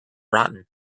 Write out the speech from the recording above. rotten